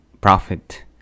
prophet